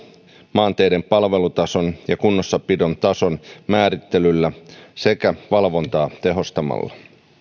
maanteiden palvelutason ja kunnossapidon tason määrittelyllä sekä valvontaa tehostamalla